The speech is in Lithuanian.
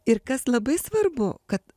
ir kas labai svarbu kad